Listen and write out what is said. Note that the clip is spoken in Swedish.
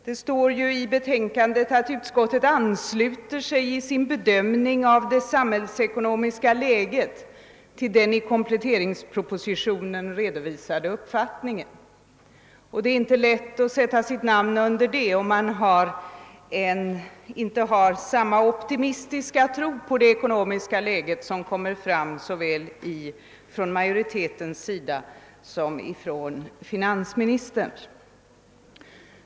I betänkandet sägs det nämligen: »Utskottet ansluter sig i sin bedömning av det samhällsekonomiska läget till den i kompletteringspropositionen redovisade uppfattningen.« Det är inte lätt att sätta sitt namn under ett sådant uttalande, om man inte har den optimistiska iro på det ekonomiska läget som såväl utskottsmajoriteten som finansministern visar upp.